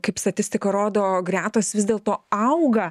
kaip statistika rodo gretos vis dėl to auga